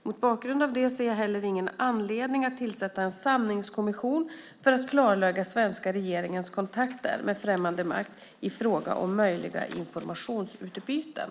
Mot bakgrund av det ser jag heller ingen anledning att tillsätta en sanningskommission för att klarlägga svenska regeringens kontakter med främmande makt i fråga om möjliga informationsutbyten.